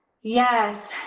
yes